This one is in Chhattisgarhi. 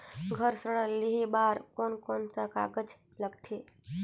घर ऋण लेहे बार कोन कोन सा कागज लगथे?